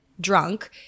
drunk